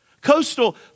Coastal